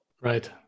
Right